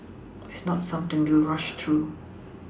it's not something we will rush through